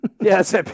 Yes